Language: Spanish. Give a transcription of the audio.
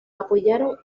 apoyaron